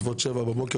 בסביבות שבע בבוקר,